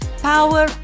power